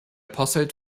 posselt